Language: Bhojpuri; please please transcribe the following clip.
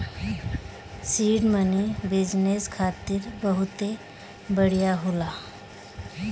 सीड मनी बिजनेस खातिर बहुते बढ़िया होला